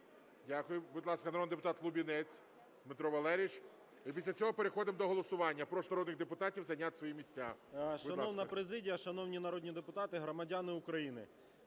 Дякую. Будь ласка, народний депутат Лубінець Дмитро Валерійович і після цього переходимо до голосування. Прошу народних депутатів зайняти свої місця. Будь ласка. 13:55:28 ЛУБІНЕЦЬ Д.В. Шановна президія, шановні народні депутати, громадяни України!